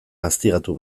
gaztigatu